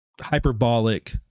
hyperbolic